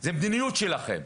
זו מדיניות שלכם.